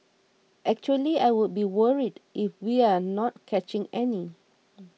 actually I would be worried if we're not catching any